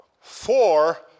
four